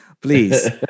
Please